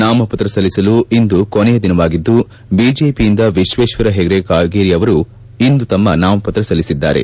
ನಾಮಪತ್ರ ಸಲ್ಲಿಸಲು ಇಂದು ಕೊನೆಯ ದಿನವಾಗಿದ್ದು ಬಿಜೆಪಿಯಿಂದ ವಿಶ್ವೇಶ್ವರ ಹೆಗಡೆ ಕಾಗೇರಿ ಅವರು ಇಂದು ತಮ್ನ ನಾಮಪತ್ರ ಸಲ್ಲಿಸಿದ್ದಾರೆ